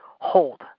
hold